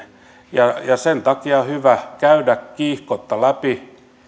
ja sen takia on hyvä käydä kiihkotta läpi